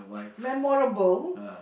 memorable